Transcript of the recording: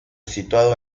situado